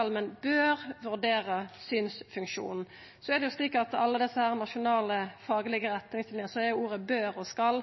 ein bør vurdera synsfunksjonen. I alle desse nasjonale faglege retningslinene er ordet «bør» og ordet «skal» ein bestemt måte å skriva det på, så det står sjeldan «skal», for ein skal